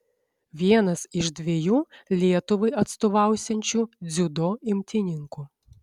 vienas iš dviejų lietuvai atstovausiančių dziudo imtynininkų